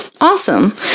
Awesome